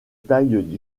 taille